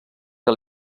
que